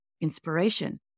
inspiration